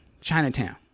Chinatown